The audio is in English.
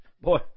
Boy